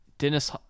Dennis